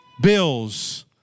bills